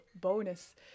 bonus